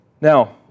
Now